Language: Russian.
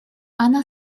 она